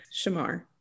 Shamar